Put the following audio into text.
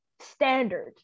standard